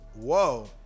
Whoa